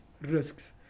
risks